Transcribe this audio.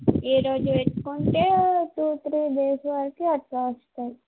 ఈరోజు పెట్టుకుంటే two three days వరకు అలా వస్తుంది